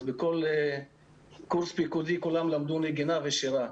אז בכל קורס פיקודי כולם למדו נגינה ושירה.